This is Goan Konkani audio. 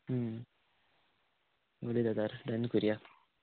अडेज हजार डन करुया